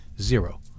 Zero